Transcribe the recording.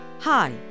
Hi